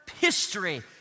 history